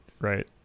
right